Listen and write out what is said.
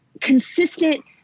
consistent